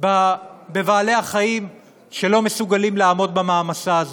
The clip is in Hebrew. בבעלי החיים שלא מסוגלים לעמוד במעמסה הזאת.